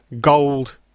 gold